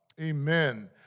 Amen